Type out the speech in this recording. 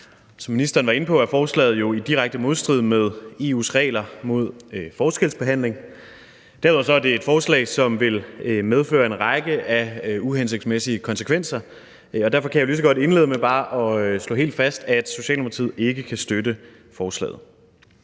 Som ministeren var inde på, er forslaget jo i direkte modstrid med EU's regler mod forskelsbehandling. Derudover er det et forslag, som vil medføre en række af uhensigtsmæssige konsekvenser, og derfor kan jeg jo lige så godt indlede med bare at slå helt fast, at Socialdemokratiet ikke kan støtte forslaget.